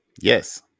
Yes